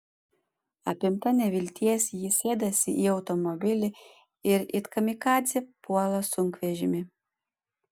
apimta nevilties ji sėdasi į automobilį ir it kamikadzė puola sunkvežimį